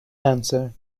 answer